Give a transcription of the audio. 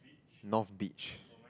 north beach